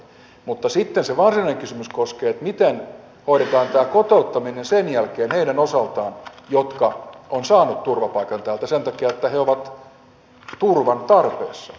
mutta sitten se varsinainen kysymys koskee sitä miten hoidetaan tämä kotouttaminen sen jälkeen heidän osaltaan jotka ovat saaneet turvapaikan täältä sen takia että he ovat turvan tarpeessa